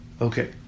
Okay